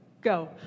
go